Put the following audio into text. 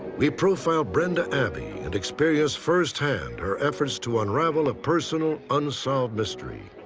we profiled brenda abbey and experienced firsthand her efforts to unravel a personal unsolved mystery.